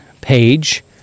page